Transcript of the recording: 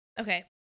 Okay